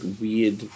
weird